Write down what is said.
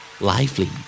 Lively